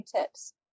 tips